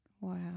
Wow